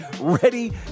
ready